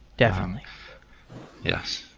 definitely yes.